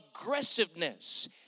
aggressiveness